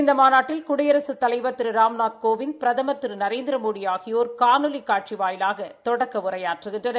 இந்த மாநாட்டில் குடியரகத் தலைவா் திரு ராம்நாத கோவிநத் பிரதமா் திரு நரேந்திரமோடி ஆகியோர் காணொலி காட்சி வாயிலாக தொடக்க உரையாற்றுகின்றனர்